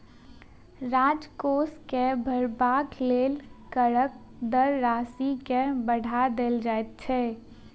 राजकोष के भरबाक लेल करक दर राशि के बढ़ा देल जाइत छै